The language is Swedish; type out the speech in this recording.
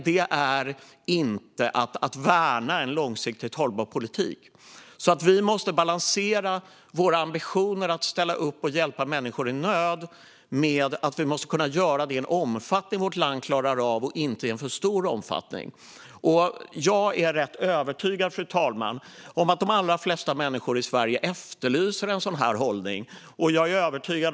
Det är inte att värna en långsiktigt hållbar politik. Vi måste balansera våra ambitioner att ställa upp och hjälpa människor i nöd med att vi måste kunna göra det i en omfattning vårt land klarar av och inte i en för stor omfattning. Jag är rätt övertygad, fru talman, om att de allra flesta människor i Sverige efterlyser en sådan här hållning.